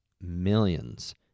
millions